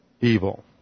evil